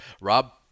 Rob